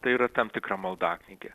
tai yra tam tikra maldaknygė